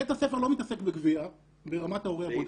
בית הספר לא מתעסק בגביה ברמת ההורה הבודד.